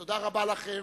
תודה רבה לכם.